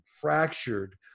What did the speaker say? fractured